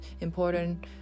important